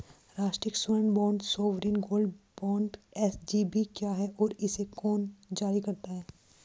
राष्ट्रिक स्वर्ण bond sovereign gold bond SGB क्या है और इसे कौन जारी करता है?